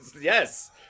yes